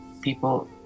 people